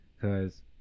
cause